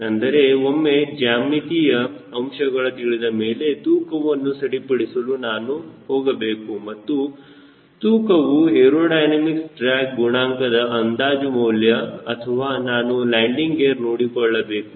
ಅಂದರೆ ಒಮ್ಮೆ ಜ್ಯಾಮಿತಿಯ ಅಂಶಗಳು ತಿಳಿದಮೇಲೆ ತೂಕವನ್ನು ಸರಿಪಡಿಸಲು ನಾನು ಹೋಗಬೇಕು ಮತ್ತು ತೂಕವು ಏರೋಡೈನಮಿಕ್ ಡ್ರ್ಯಾಗ್ ಗುಣಾಂಕದ ಅಂದಾಜು ಮೌಲ್ಯ ಅಥವಾ ನಾನು ಲ್ಯಾಂಡಿಂಗ್ ಗೇರ್ ನೋಡಿಕೊಳ್ಳಬೇಕು